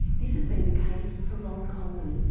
this has been the case for ron coleman.